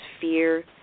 fear